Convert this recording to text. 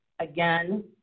Again